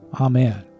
Amen